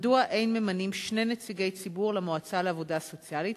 1. מדוע אין ממנים שני נציגי ציבור למועצה לעבודה סוציאלית,